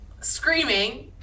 screaming